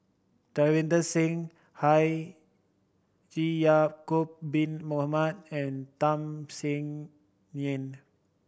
Davinder Singh Ya'acob Bin Mohamed and Tham Sien Yen